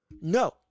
no